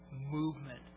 movement